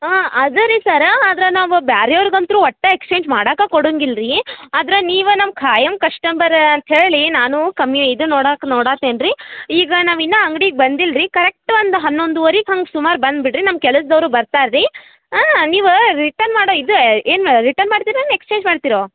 ಹಾಂ ಅದೇ ರೀ ಸರ ಆದರೆ ನಾವು ಬೇರೆ ಅವ್ರಿಗಂತೂ ಒಟ್ಟು ಎಕ್ಸ್ಚೇಂಜ್ ಮಾಡಕ್ಕೆ ಕೊಡುಂಗೆ ಇಲ್ಲರಿ ಆದರೆ ನೀವು ನಮ್ಮ ಖಾಯಂ ಕಷ್ಟಮರ್ ಅಂತ ಹೇಳಿ ನಾನು ಕಮ್ಮಿ ಇದು ನೋಡಾಕ ನೋಡತೇನೆ ರೀ ಈಗ ನಾವು ಇನ್ನೂ ಅಂಗ್ಡಿಗೆ ಬಂದಿಲ್ಲ ರೀ ಕರೆಕ್ಟ್ ಒಂದು ಹನ್ನೊಂದುವರಿಗೆ ಹಂಗೆ ಸುಮಾರು ಬಂದುಬಿಡ್ರಿ ನಮ್ಮ ಕೆಲಸದೋರು ಬರ್ತಾರೆ ರೀ ಹಾಂ ನೀವು ರಿಟರ್ನ್ ಮಾಡೋ ಇದು ಏನು ರಿಟರ್ನ್ ಮಾಡ್ತಿರೋ ಇಲ್ಲ ಎಕ್ಸ್ಚೇಂಜ್ ಮಾಡ್ತಿರೋ